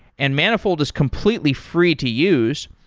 and manifold is completely free to use.